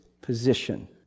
position